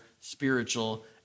spiritual